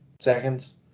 seconds